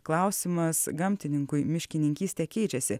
klausimas gamtininkui miškininkystė keičiasi